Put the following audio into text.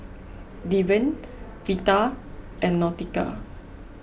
Deven Vita and Nautica